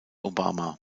obama